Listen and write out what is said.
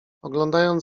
oglądając